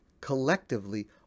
collectively